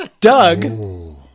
Doug